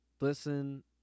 Listen